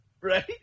right